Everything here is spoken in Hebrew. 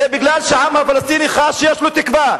זה כי העם הפלסטיני חש שיש לו תקווה.